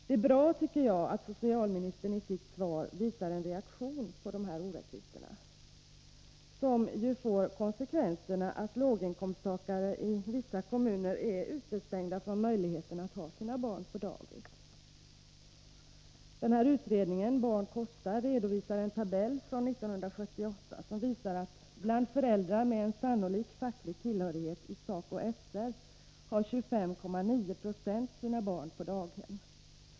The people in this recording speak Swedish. Det är bra, tycker jag att socialministern i sitt svar reagerar mot dessa orättvisor, som ju får till konsekvens att låginkomsttagare i vissa kommuner utestängs från möjligheten att ha sina barn på dagis. I utredningen Barn kostar är infört en tabell från 1978 som visar att bland föräldrar med en sannolik facklig tillhörighet i SACO/SR har 25,9 96 sina barn på daghem.